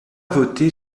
voter